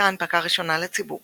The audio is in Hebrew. ביצעה הנפקה ראשונה לציבור